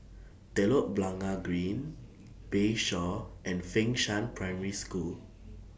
Telok Blangah Green Bayshore and Fengshan Prime School